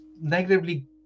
negatively